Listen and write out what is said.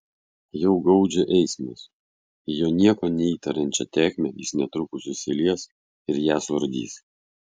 jau gaudžia eismas į jo nieko neįtariančią tėkmę jis netrukus įsilies ir ją suardys